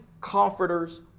comforters